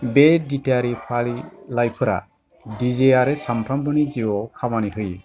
बे दिथायारि फारिलायफोरा दिजे आरो सानफ्रोमबोनि जीउआव खामानि होयो